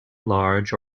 large